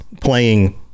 playing